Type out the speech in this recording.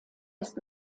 ist